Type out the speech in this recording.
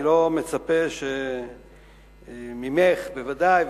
אני לא מצפה ממך בוודאי,